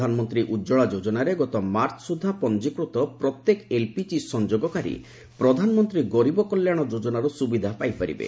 ପ୍ରଧାନମନ୍ତ୍ରୀ ଉତ୍କଳା ଯୋଜନାରେ ଗତ ମାର୍ଚ୍ଚ ସୁଦ୍ଧା ପଞ୍ଜିକୃତ ପ୍ରତ୍ୟେକ ଏଲ୍ପିକି ସଂଯୋଗକାରୀ ପ୍ରଧାନମନ୍ତ୍ରୀ ଗରିବ କଲ୍ୟାଣ ଯୋଜନାର ସୁବିଧା ପାଇପାରିବେ